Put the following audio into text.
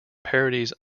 parodies